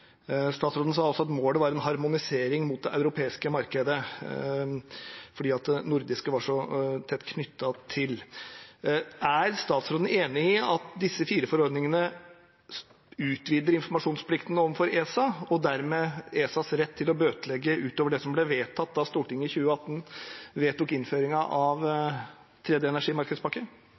Statsråden sa også at målet var en harmonisering mot det europeiske markedet, fordi det nordiske var så tett knyttet til det. Er statsråden enig i at disse fire forordningene utvider informasjonsplikten overfor ESA og dermed ESAs rett til å bøtelegge utover det som ble vedtatt da Stortinget i 2018 vedtok innføringen av tredje energimarkedspakke?